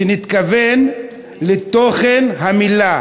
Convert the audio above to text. שנתכוון לתוכן המילה,